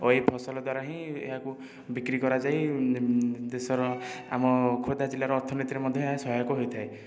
ଓ ଏହି ଫସଲ ଦ୍ଵାରା ହିଁ ଏହାକୁ ବିକ୍ରି କରାଯାଇ ଦେଶର ଆମ ଖୋର୍ଦ୍ଧା ଜିଲ୍ଲାର ଅର୍ଥନୀତିରେ ମଧ୍ୟ ଏହା ସହାୟକ ହୋଇଥାଏ